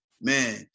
man